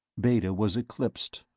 beta was eclipsed,